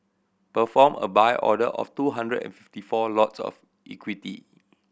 perform a buy order of two hundred and fifty four lots of equity